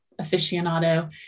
aficionado